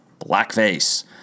blackface